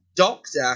Doctor